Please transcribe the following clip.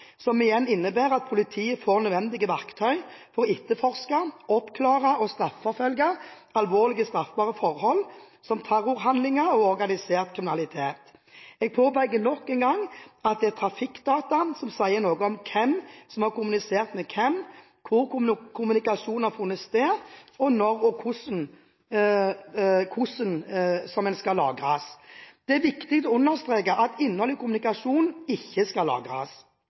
som styrker personvernet, noe som igjen innebærer at politiet får nødvendige verktøy for å etterforske, oppklare og straffeforfølge alvorlige straffbare forhold, som terrorhandlinger og organisert kriminalitet. Jeg påpeker nok en gang at det er trafikkdata som sier noe om hvem som har kommunisert med hvem, hvor kommunikasjonen har funnet sted og når og hvordan den skal lagres. Det er viktig å understreke at innholdet i kommunikasjonen ikke skal lagres.